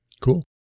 Cool